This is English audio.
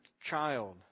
child